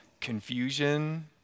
confusion